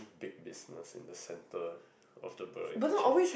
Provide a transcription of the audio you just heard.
big business in the centre of the Bedok interchange